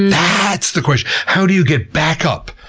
that's the question how do you get back up?